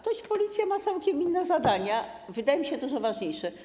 Toć Policja ma całkiem inne zadania, wydaje mi się, że dużo ważniejsze.